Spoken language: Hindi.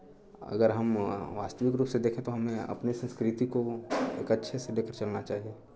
अगर हम वास्तविक रूप से देखें तो हमें अपनी संस्कृति को एक अच्छे से देख के चलना चाहिए